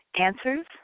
Answers